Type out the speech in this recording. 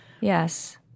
Yes